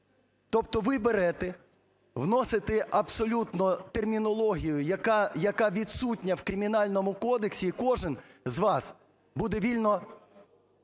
Тобто ви берете, вносите абсолютно термінологію, яка відсутня в Кримінальному кодексі, і кожен з вас буде вільно…